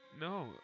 no